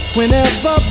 Whenever